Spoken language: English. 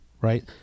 right